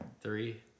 Three